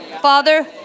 Father